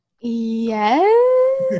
Yes